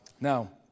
Now